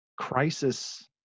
Crisis